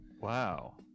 Wow